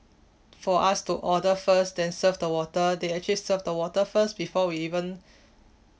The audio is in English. for us to order first then serve the water they actually serve the water first before we even